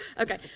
Okay